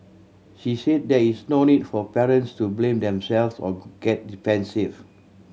she say there is no need for parents to blame themselves or get defensive